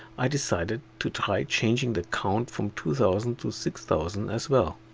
i decided to try changing the count from two thousand to six thousand as well.